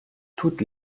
toutes